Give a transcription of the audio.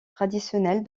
traditionnelle